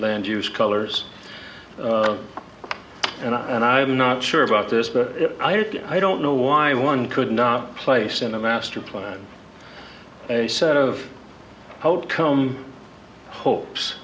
land use colors and i and i am not sure about this but i don't know why one could not place in a master plan a set of outcome hopes